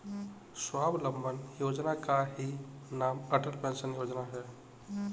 स्वावलंबन योजना का ही नाम अटल पेंशन योजना है